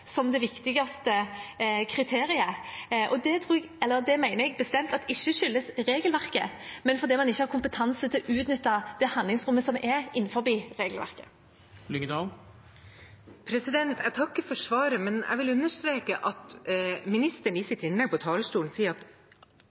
som det viktigste kriteriet, og det mener jeg bestemt ikke skyldes regelverket, men at man ikke har kompetanse til å utnytte det handlingsrommet som er innenfor regelverket. Jeg takker for svaret, men jeg vil understreke at ministeren i sitt innlegg på talerstolen sier at